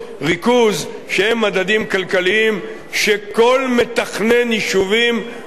שהם מדדים כלכליים שכל מתכנן יישובים מכיר אותם,